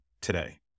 today